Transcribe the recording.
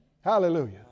Hallelujah